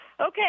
Okay